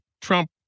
Trump